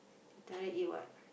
Teh-Tarik eat what